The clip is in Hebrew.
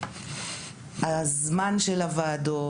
הזמן של הוועדות,